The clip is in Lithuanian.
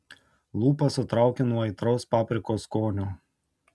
lūpas sutraukė nuo aitraus paprikos skonio